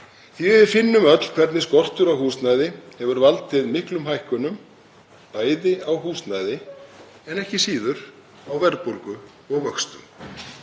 að við finnum öll hvernig skortur á húsnæði hefur valdið miklum hækkunum, bæði á húsnæði en ekki síður á verðbólgu og vöxtum.